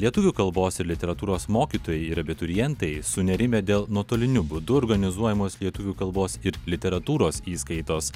lietuvių kalbos ir literatūros mokytojai ir abiturientai sunerimę dėl nuotoliniu būdu organizuojamos lietuvių kalbos ir literatūros įskaitos